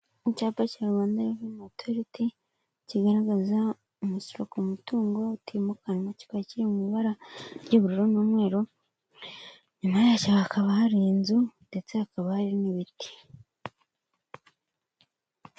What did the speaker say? Icyapa cya rwanda reveni otoriti, kigaragaza umusoro ku mutungo utimukanwa kika ki mu ibara ry'ubururu n'umweru, inyuma yacyo hakaba hari inzu, ndetse hakaba hari n'ibiti.